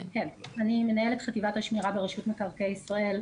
שיכה אני מנהלת חטיבת השמירה ברשות מקרקעי ישראל.